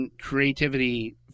creativity